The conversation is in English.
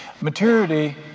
Maturity